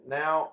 now